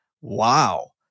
Wow